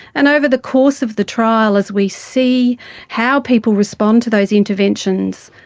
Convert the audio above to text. and over the course of the trial as we see how people respond to those interventions,